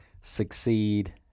succeed